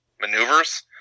maneuvers